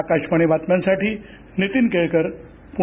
आकाशवाणी बातम्यांसाठी नितीन केळकर पुणे